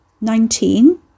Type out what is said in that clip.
Nineteen